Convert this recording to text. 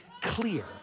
clear